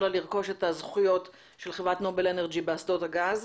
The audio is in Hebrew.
לה לרכוש את הזכויות של חברת נובל אנרג'י באסדות הגז.